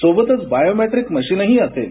सोबतच बायोमॅट्रीक मशिनही असेल